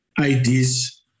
IDs